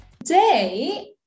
Today